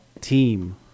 team